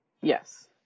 Yes